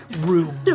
room